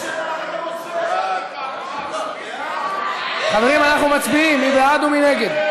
ההצעה להעביר לוועדה את הצעת חוק איסור סחר בשנהב,